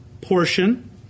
portion